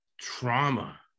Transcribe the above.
trauma